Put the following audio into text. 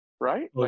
Right